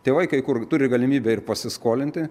tėvai kai kur turi galimybę ir pasiskolinti